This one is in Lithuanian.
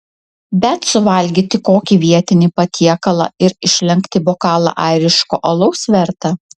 bet suvalgyti kokį vietinį patiekalą ir išlenkti bokalą airiško alaus verta